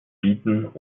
bieten